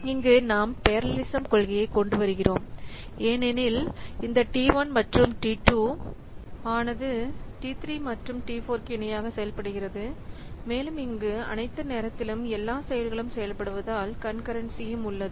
இங்கு நாம் பெரலலிசம் கொள்கையை கொண்டு வருகிறோம் ஏனெனில் இந்தT1 மற்றும்T2 ஆனது T3 மற்றும்T4 க்கு இணையாக செயல்படுகிறது மேலும் இங்கு அனைத்து நேரத்திலும் எல்லா செயல்களும் செயல்படுவதால் கான்கரென்ஸிம் உள்ளது